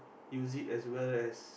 use it as well as